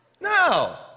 No